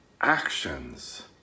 actions